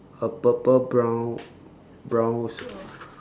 a purple brown brown uh